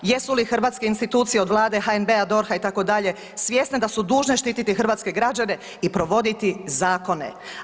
Jesu li hrvatske institucije od Vlade, HNB-a, DORH-a itd. svjesne da su dužne štitit hrvatske građane i provoditi zakone?